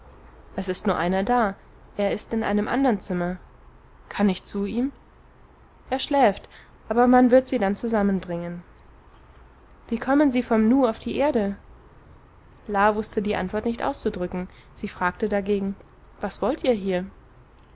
es ist nur einer da er ist in einem andern zimmer kann ich zu ihm er schläft aber man wird sie dann zusammenbringen wie kommen sie vom nu auf die erde la wußte die antwort nicht auszudrücken sie fragte dagegen was wollt ihr hier